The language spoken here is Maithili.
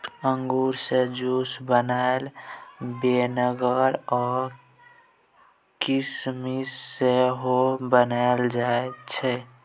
अंगुर सँ जुस, बाइन, बिनेगर आ किसमिस सेहो बनाएल जाइ छै